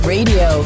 Radio